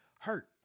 hurt